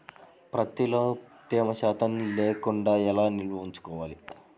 ప్రత్తిలో తేమ శాతం లేకుండా ఎలా నిల్వ ఉంచుకోవాలి?